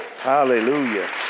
Hallelujah